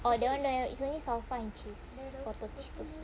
oh that [one] no it's only salsa and cheese for Tostitos